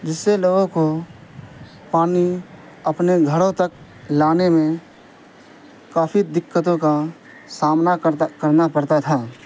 جس سے لوگوں کو پانی اپنے گھروں تک لانے میں کافی دقتوں کا سامنا کرتا کرنا پڑتا تھا